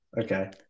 Okay